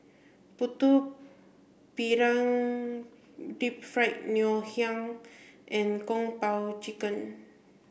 Putu Piring deep fried Ngoh Hiang and Kung Po Chicken